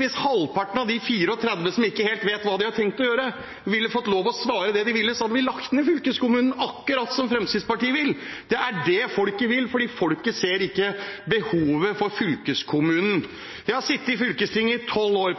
Hvis halvparten av de 34 pst. som ikke helt vet hva de har tenkt å gjøre, ville fått lov til å svare det de ville, hadde vi lagt ned fylkeskommunen, akkurat som Fremskrittspartiet vil. Det er det folket vil, for folket ser ikke behovet for fylkeskommunen. Jeg har sittet i fylkestinget i tolv år.